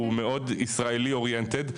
הוא מאוד ישראלי אוריינטד.